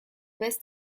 best